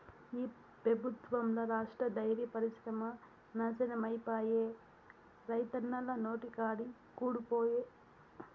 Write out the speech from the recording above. ఈ పెబుత్వంల రాష్ట్ర డైరీ పరిశ్రమ నాశనమైపాయే, రైతన్నల నోటికాడి కూడు పాయె